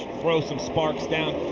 throw some sparks down.